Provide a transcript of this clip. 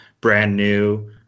brand-new